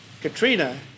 Katrina